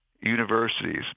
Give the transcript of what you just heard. universities